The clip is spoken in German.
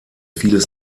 vieles